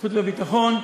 החוץ והביטחון.